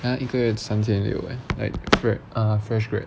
他一个月三千六 eh like for uh fresh grad